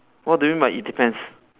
what do you mean by it depends